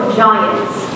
giants